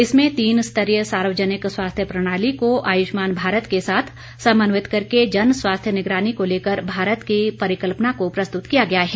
इसमें तीन स्तरीय सार्वजनिक स्वास्थ्य प्रणाली को आयुष्मान भारत के साथ समन्वित करके जन स्वास्थ्य निगरानी को लेकर भारत की परिकल्पना को प्रस्तुत किया गया है